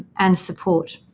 and support.